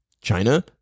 China